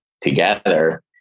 together